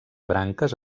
branques